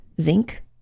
Zinc